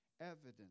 evidence